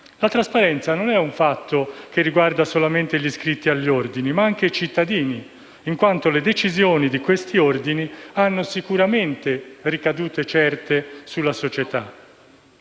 La trasparenza non è un fatto che riguarda solamente gli iscritti agli Ordini, ma anche i cittadini, in quanto le decisioni di questi Ordini hanno sicuramente ricadute certe sulla società.